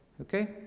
Okay